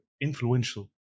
influential